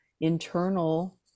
internal